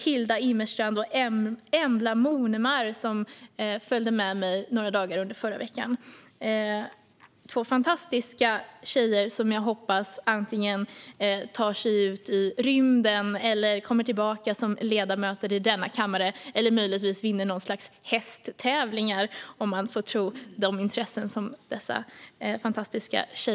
Hilda Immerstrand och Embla Monemar följde med mig några dagar i förra veckan. Det är två fantastiska tjejer som jag hoppas antingen tar sig ut i rymden eller kommer tillbaka som ledamöter i denna kammare - eller möjligtvis vinner något slags hästtävlingar, om man får utgå från de intressen som dessa tjejer har i dag.